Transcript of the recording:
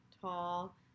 tall